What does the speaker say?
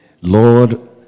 lord